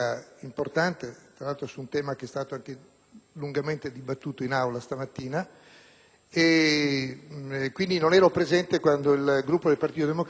quindi non ero presente quando il Gruppo del Partito Democratico ha richiesto una verifica del numero legale.